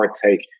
partake